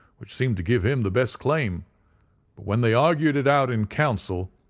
which seemed to give him the best claim but when they argued it out in council,